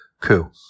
coup